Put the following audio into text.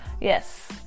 Yes